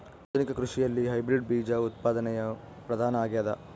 ಆಧುನಿಕ ಕೃಷಿಯಲ್ಲಿ ಹೈಬ್ರಿಡ್ ಬೇಜ ಉತ್ಪಾದನೆಯು ಪ್ರಧಾನ ಆಗ್ಯದ